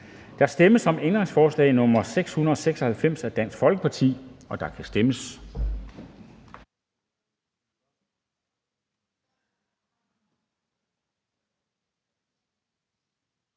Der stemmes om ændringsforslag nr. 676 af DF, og der kan stemmes.